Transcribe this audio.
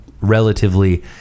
relatively